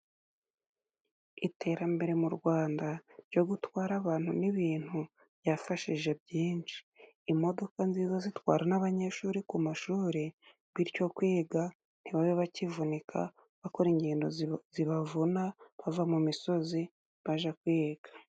Iterambere mu Rwanda ryo gutwara abantu n'ibintu byafashije byinshi. Imodoka nziza zitwara n'abanyeshuri ku mashuri bityo kwiga ntibabe bakivunika bakora ingendo zibavuna bava mu misozi baja kwiga.